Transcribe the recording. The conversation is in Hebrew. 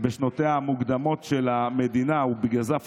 בשנותיה המוקדמות של המדינה הוא לא יכול היה להתקבל למקומות עבודה,